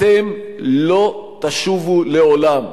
אתם לא תשובו לעולם.